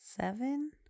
seven